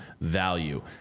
value